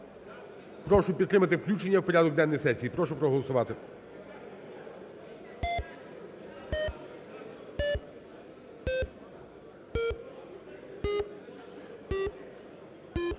Прошу підтримати включення в порядок денний сесії, прошу проголосувати.